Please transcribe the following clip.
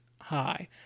high